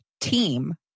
team